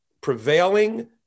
prevailing